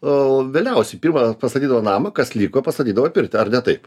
o vėliausiai pirma pastatydavo namą kas liko pastatydavo pirtį ar ne taip